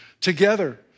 together